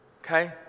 Okay